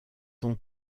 son